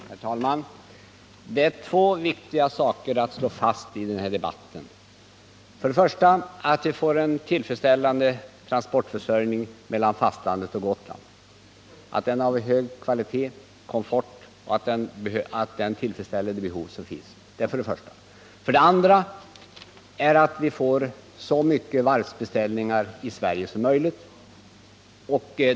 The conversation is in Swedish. Herr talman! Det är två viktiga saker att slå fast i den här debatten. För det första gäller det att få en tillfredsställande transportförsörjning mellan fastlandet och Gotland — att den är av hög kvalitet, ger god komfort och tillfredsställer de behov som finns. För det andra gäller det att få så mycket varvsbeställningar i Sverige som möjligt.